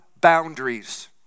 boundaries